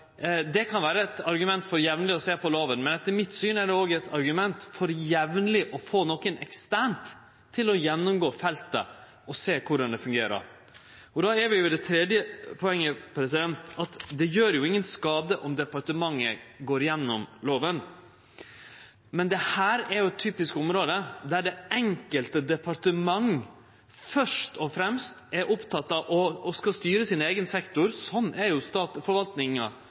det kan vere eit argument for jamleg å sjå på lova, men etter mitt syn er det òg eit argument for jamleg å få nokon eksterne til å gjennomgå feltet og sjå korleis det fungerer. Og då er vi ved det tredje poenget, at det gjer ingen skade om departementet går gjennom lova. Men dette er eit typisk område der det enkelte departement først og fremst er oppteke av å skulle styre sin eigen sektor. Sånn er forvaltninga sånn som vi har organisert ho, mens personvern typisk er